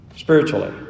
Spiritually